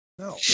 No